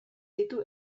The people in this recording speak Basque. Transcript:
ditu